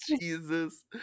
Jesus